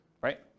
right